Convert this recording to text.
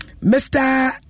Mr